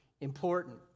important